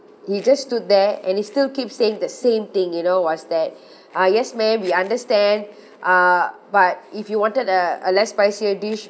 he just stood there and he still keep saying the same thing you know what's that uh yes ma'am we understand uh but if you wanted a a less spicier dish